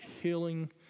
healing